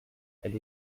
elle